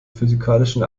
physikalischen